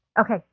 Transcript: Okay